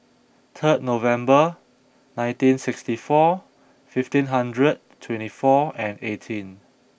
third November nineteen sixty four fifteen hundred twenty four and eighteen